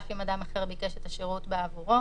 אף אם אדם אחר ביקש את השירות בעבורו,